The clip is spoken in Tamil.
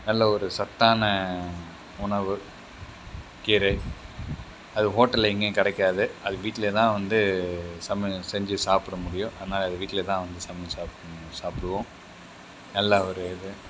நல்லவொரு சத்தான உணவு கீரை அது ஹோட்டலில் எங்கேயும் கிடைக்காது அது வீட்டில்தான் வந்து சமையல் செஞ்சு சாப்பிட முடியும் அதனால அதை வீட்டில்தான் வந்து சமைத்து சாப்பிடுணும் சாப்பிடுவோம் நல்லா ஒரு இது